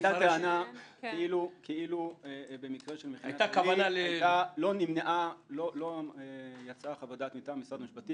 עלתה טענה כאילו במקרה של מכינת עלי לא יצאה חוות דעת מטעם משרד המשפטים